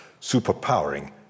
superpowering